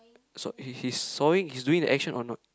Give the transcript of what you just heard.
saw he he's sawing he's doing the action or not